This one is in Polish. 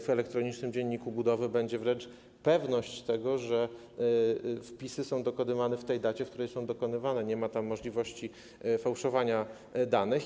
W elektronicznym dzienniku budowy będzie wręcz pewność tego, że wpisy są dokonywane w tej dacie, w której są dokonywane, nie ma tam możliwości fałszowania danych.